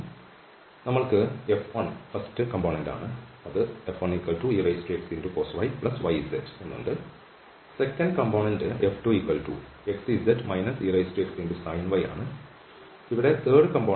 അതിനാൽ നമ്മൾക്ക് F1 ആദ്യ ഘടകമാണ് അത് F1excos yyz രണ്ടാമത്തെ ഘടകം F2xz exsin y ആണ് ഇവിടെ മൂന്നാമത്തെ ഘടകം F3xyz ആണ്